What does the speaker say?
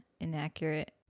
inaccurate